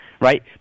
right